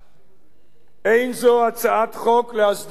אין זו הצעת חוק להסדרת מאחזים,